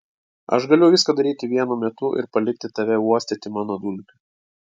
aš galiu viską daryti vienu metu ir palikti tave uostyti mano dulkių